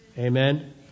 Amen